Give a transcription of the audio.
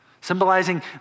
symbolizing